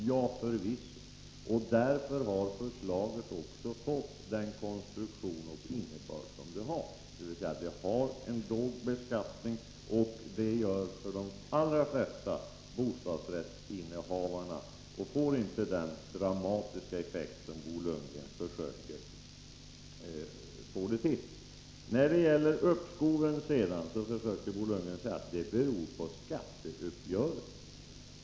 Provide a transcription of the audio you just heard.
Ja, förvisso, och därför har förslaget också fått denna konstruktion och denna innebörd — dvs. att det innebär en låg beskattning för de allra flesta bostadsrättsinnehavare och att det inte får den dramatiska effekt som Bo Lundgren försöker göra gällande att det skulle få. I fråga om uppskoven säger Bo Lundgren att dessa beror på skatteuppgörelsen.